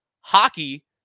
Hockey